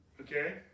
Okay